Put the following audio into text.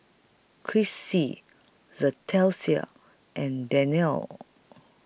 Chrissie Leticia and Darnell